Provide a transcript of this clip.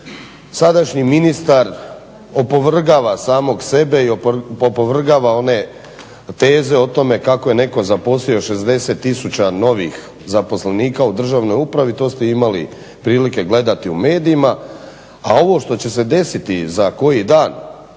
Sadašnji ministar opovrgava samog sebe i opovrgava one teze o tome kako je netko zaposlio 60 tisuća novih zaposlenika u državnoj upravi. To ste imali prilike gledati u medijima. A ovo što će se desiti za koji dan